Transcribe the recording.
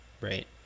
right